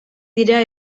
dira